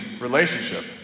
relationship